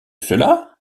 cela